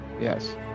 Yes